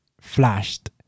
flashed